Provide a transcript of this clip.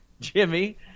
Jimmy